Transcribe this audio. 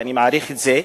ואני מעריך את זה,